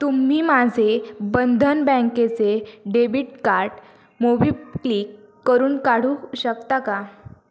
तुम्ही माझे बंधन बँकेचे डेबिट कार्ड मोबीक्लिक करून काढू शकता का